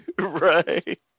Right